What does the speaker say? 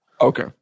Okay